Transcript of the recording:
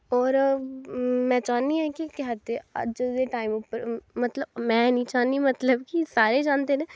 और में चाह्न्नी आं कि केह् आखदे अज्जे दे टाईम उप्पर मतलव मैं नी चाह्नी मतलव सारे चांह्दे न